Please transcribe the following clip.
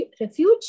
refuge